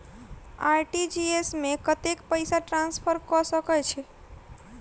RTGS मे कतेक पैसा ट्रान्सफर कऽ सकैत छी?